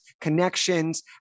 connections